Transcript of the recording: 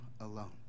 alone